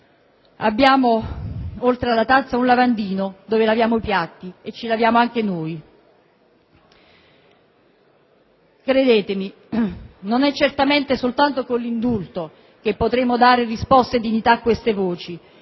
abbiamo, oltre alla tazza, un lavandino, dove laviamo i piatti e ci laviamo anche noi». Credetemi, non è certamente solo con l'indulto che potremo fornire risposte e dignità a tali voci;